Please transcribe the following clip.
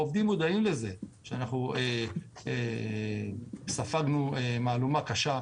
העובדים מודעים לזה שספגנו מהלומה קשה.